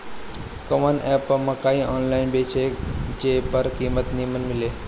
कवन एप पर मकई आनलाइन बेची जे पर कीमत नीमन मिले?